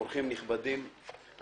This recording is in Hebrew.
אורחים נכבדים,